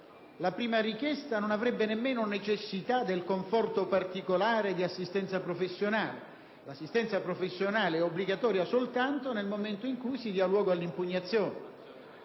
la prima richiesta non avrebbe neanche necessità del conforto particolare di un'assistenza professionale. L'assistenza professionale è obbligatoria soltanto nel momento in cui si dà luogo all'impugnazione.